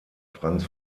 franz